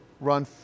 Run